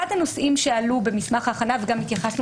אחד הנושאים שעלה במסמך ההכנה וגם התייחסנו